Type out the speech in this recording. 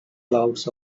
clouds